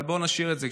אבל בואו נשאיר את זה.